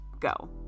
go